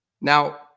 Now